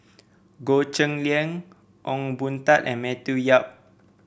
Goh Cheng Liang Ong Boon Tat and Matthew Yap